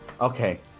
Okay